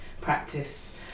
practice